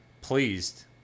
pleased